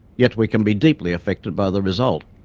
yet we can be deeply affected by the result.